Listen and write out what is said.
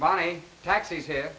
my taxis here